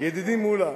ידידי מולה.